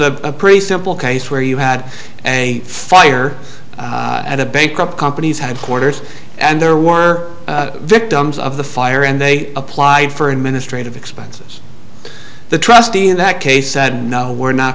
a pretty simple case where you had a fire at a bank up company's headquarters and there were victims of the fire and they applied for administrative expenses the trustee in that case said no we're not